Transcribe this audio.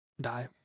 die